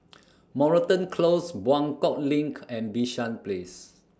Moreton Close Buangkok LINK and Bishan Place